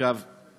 שהם פליטים.